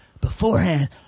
beforehand